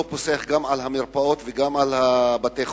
פוסח גם על המרפאות וגם על בתי-החולים,